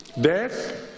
death